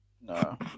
no